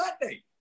Sunday